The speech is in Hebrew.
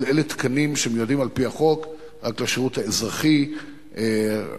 אבל אלה תקנים שמיועדים על-פי החוק רק לשירות האזרחי לחרדים,